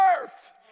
earth